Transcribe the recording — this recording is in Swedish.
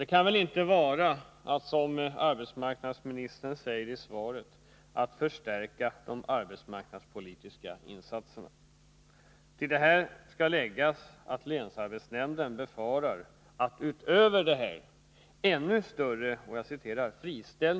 Det kan väl inte vara, som arbetsmarknadsministern säger i svaret, att förstärka de arbetsmarknadspolitiska insatserna. Till detta skall läggas att länsarbetsnämnden befarar att utöver detta ännu större ”friställningar” kan komma i fråga.